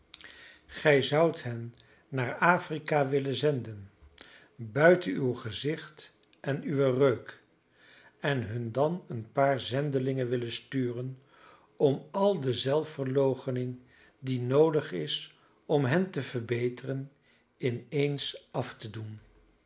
gij zoudt hen naar afrika willen zenden buiten uw gezicht en uwen reuk en hun dan een paar zendelingen willen sturen om al de zelfverloochening die noodig is om hen te verbeteren in eens af te doen